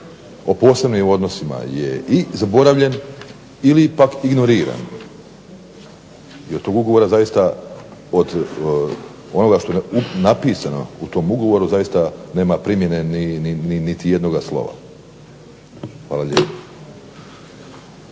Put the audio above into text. o posebnim odnosima je i zaboravljen ili pak ignoriran. Jer tog ugovora zaista od onoga što je napisano u tom ugovoru zaista nema primjene niti jednoga slova. Hvala lijepa.